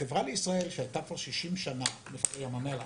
בחברה לישראל שהייתה פה 60 שנה השקיעו הרבה הון.